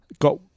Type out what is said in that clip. got